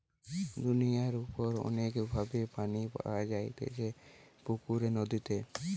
দুনিয়ার উপর অনেক ভাবে পানি পাওয়া যাইতেছে পুকুরে, নদীতে